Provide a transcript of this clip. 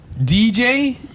DJ